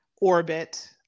orbit